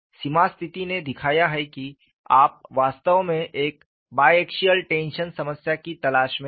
सीमा स्थिति ने दिखाया है कि आप वास्तव में एक बाय एक्सियल टेंशन समस्या की तलाश में हैं